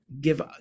give